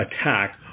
attack